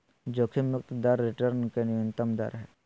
जोखिम मुक्त दर रिटर्न के न्यूनतम दर हइ